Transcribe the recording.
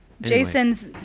jason's